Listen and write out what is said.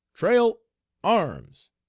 trail arms!